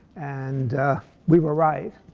and we were right.